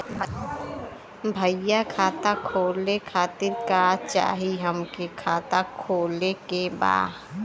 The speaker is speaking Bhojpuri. भईया खाता खोले खातिर का चाही हमके खाता खोले के बा?